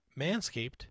manscaped